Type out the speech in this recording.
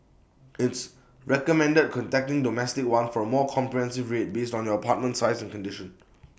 it's recommended contacting domestic one for A more comprehensive rate based on your apartment size and condition